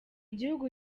gihugu